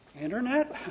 internet